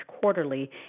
quarterly